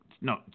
No